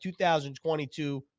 2022